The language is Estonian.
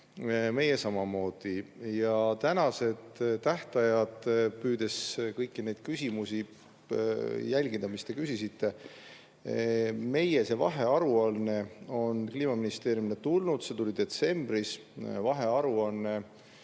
meie samamoodi. Ja tänased tähtajad – püüdes kõiki neid küsimusi jälgida, mis te küsisite: meie vahearuanne on Kliimaministeeriumile tulnud, see tuli detsembris. Vahearuanne